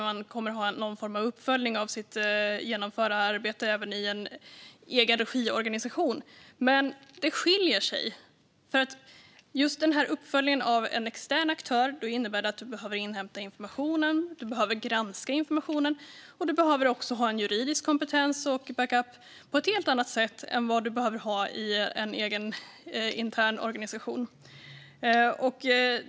Men en uppföljning av en extern aktör innebär att man behöver inhämta och granska information och ha en juridisk kompetens och backup på ett helt annat sätt än man behöver ha i en intern organisation.